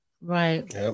right